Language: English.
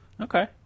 Okay